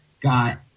got